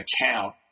account